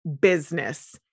business